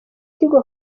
tigo